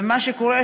ומה שקורה,